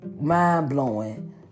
mind-blowing